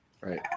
Right